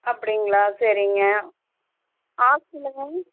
அப்படீங்களா சரிங்க ஹாஸ்டலுக்கும்